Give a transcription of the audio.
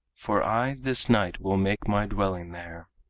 for i this night will make my dwelling there.